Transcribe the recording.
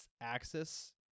axis